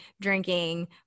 drinking